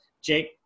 Jake